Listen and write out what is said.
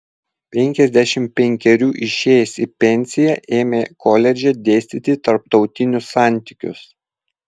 penkiasdešimt penkerių išėjęs į pensiją ėmė koledže dėstyti tarptautinius santykius